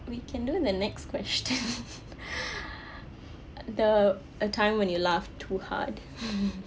we can do the next question the a time when you laughed too hard